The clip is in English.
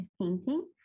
painting